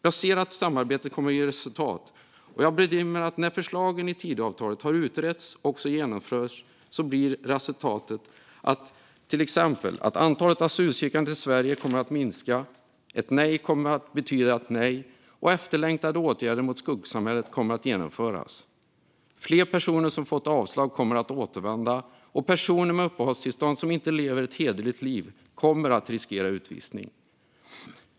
Jag ser att samarbetet kommer att ge resultat, och jag bedömer att när förslagen i Tidöavtalet har utretts och genomförts blir resultatet till exempel att antalet asylsökande till Sverige minskar, att ett nej betyder nej och att vi får efterlängtade åtgärder mot skuggsamhället. Fler personer som fått avslag kommer att återvända, och personer med uppehållstillstånd som inte lever ett hederligt liv kommer att riskera utvisning.